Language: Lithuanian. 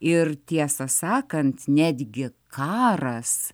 ir tiesą sakant netgi karas